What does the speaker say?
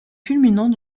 culminant